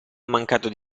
mancato